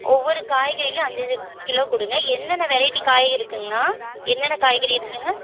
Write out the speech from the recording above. ஒவ்வொரு காய்கறிலேயும் அஞ்சு அஞ்சு கிலோ கொடுங்க என்னென்ன வெரைட்டி காய் இருக்குதுங்கண்ணா என்னென்ன காய்கறி இருக்குதுங்க